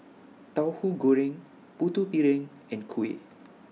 Tauhu Goreng Putu Piring and Kuih